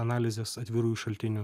analizės atvirųjų šaltinių